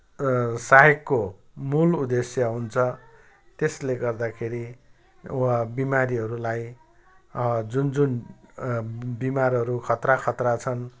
सहायकको मूल उदेश्य हुन्छ त्यसले गर्दाखेरि उहाँ बिमारीहरूलाई जुन जुन बिमारहरू खतरा खतराहरू छन्